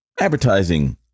advertising